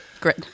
Great